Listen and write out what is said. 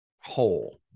whole